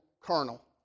kernel